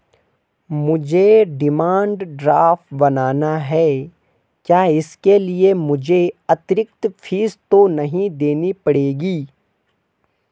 मुझे demand draft बनाना है क्या इसके लिए मुझे अतिरिक्त फीस तो नहीं देनी पड़ेगी?